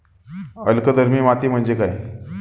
अल्कधर्मी माती म्हणजे काय?